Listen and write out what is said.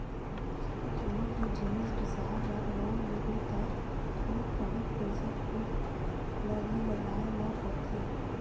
कोनो भी जिनिस बिसाए बर लोन लेबे त थोक बहुत पइसा खुद ल भी लगाए ल परथे